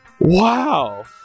Wow